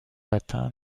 latin